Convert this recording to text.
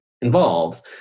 involves